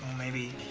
maybe,